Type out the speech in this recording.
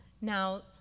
now